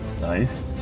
Nice